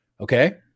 okay